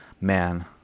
man